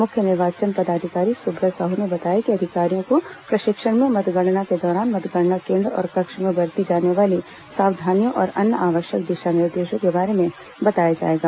मुख्य निर्वाचन पदाधिकारी सुब्रत साहू ने बताया कि अधिकारियों को प्रशिक्षण में मतगणना के दौरान मतगणना केन्द्र और कक्ष में बरती जाने वाली सावधानियों और अन्य आवश्यक दिशा निर्देशों के बारे में बताया जाएगा